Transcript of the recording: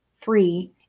three